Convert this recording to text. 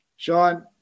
Sean